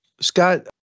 Scott